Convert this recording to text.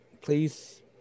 Please